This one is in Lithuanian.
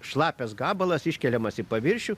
šlapias gabalas iškeliamas į paviršių